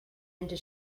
into